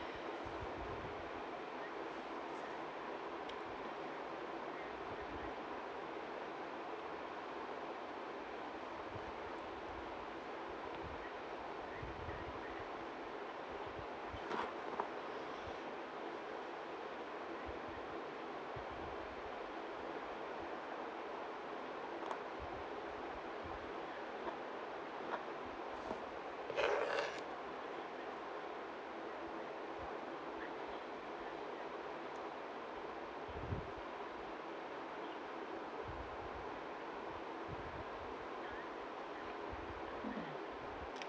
mm mm